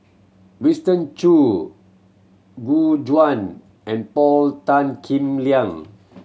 Winston Choo Gu Juan and Paul Tan Kim Liang